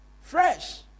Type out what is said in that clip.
fresh